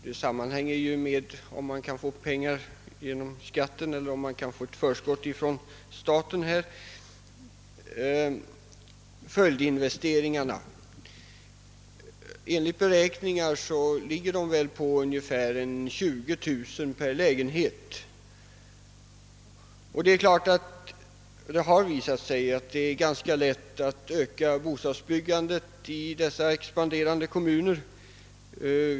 De sammanhänger ju med om man kan få pengar genom skatten eller om man kan få ett förskott ifrån staten och här gäller det följdinvesteringarna. Enligt beräkningar motsvarar dessa ungefär 20 000 kronor per lägenhet. Det har visat sig, att det är ganska lätt att öka bostadsbyggandet i expanderande kommuner.